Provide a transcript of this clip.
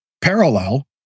Parallel